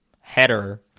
header